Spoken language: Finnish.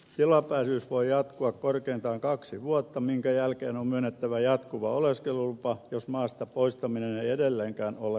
tilapäisyys voi jatkua korkeintaan kaksi vuotta minkä jälkeen on myönnettävä jatkuva oleskelulupa jos maasta poistaminen ei edelleenkään ole mahdollista